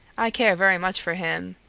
i care very much for him.